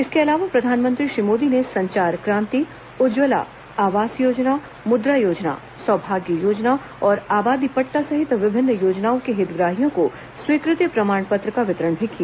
इसके अलावा प्रधानमंत्री श्री मोदी ने संचार क्रांति उज्जवला आवास योजना मुद्रा योजना सौभाग्य योजना और आबादी पट्टा सहित विभिन्न योजनाओं के हितग्राहियों को स्वीकृति प्रमाण पत्र का वितरण भी किया